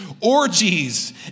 orgies